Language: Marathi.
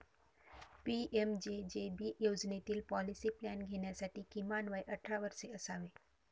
पी.एम.जे.जे.बी योजनेतील पॉलिसी प्लॅन घेण्यासाठी किमान वय अठरा वर्षे असावे